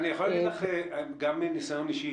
אני יכול להגיד לך גם מניסיון אישי,